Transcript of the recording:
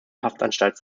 haftanstalt